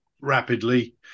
rapidly